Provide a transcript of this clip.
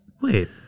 Wait